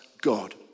God